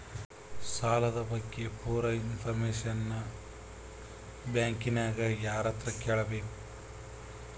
ಸಾಲದ ಬಗ್ಗೆ ಪೂರ ಇಂಫಾರ್ಮೇಷನ ಬ್ಯಾಂಕಿನ್ಯಾಗ ಯಾರತ್ರ ಕೇಳಬೇಕು?